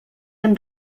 hem